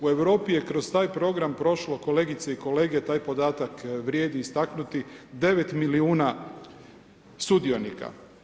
U Europi je kroz taj program prošlo kolegice i kolege, taj podatak vrijedi istaknuti, 9 milijuna sudionika.